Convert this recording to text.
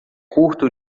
curto